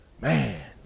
Man